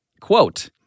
Quote